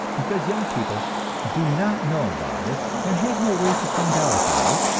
because young people do not know about it, and have no way to find out about it,